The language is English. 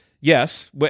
Yes